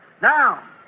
Now